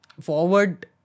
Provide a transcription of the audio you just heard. forward